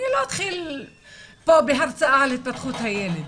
אני לא אתחיל פה בהרצאה על התפתחות הילד,